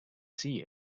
see